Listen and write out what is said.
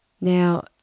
Now